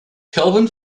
kelvin